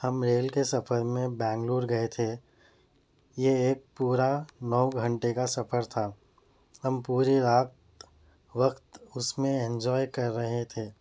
ہم ریل کے سفر میں بنگلور گئے تھے یہ ایک پورا نو گھنٹے کا سفر تھا ہم پوری رات وقت اس میں انجوائے کر رہے تھے